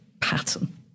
pattern